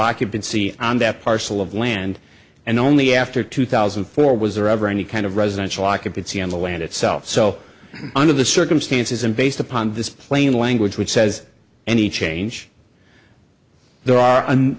occupancy on that parcel of land and only after two thousand and four was there ever any kind of residential occupancy on the land itself so under the circumstances and based upon this plain language which says any change there are